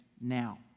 now